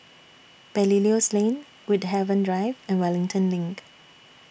Belilios Lane Woodhaven Drive and Wellington LINK